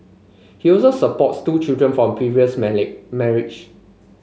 he also supports two children from previous marriage